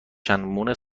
خانوم